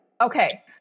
Okay